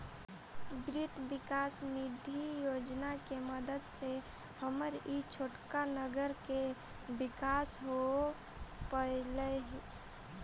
वित्त विकास निधि योजना के मदद से हमर ई छोटका नगर के विकास हो पयलई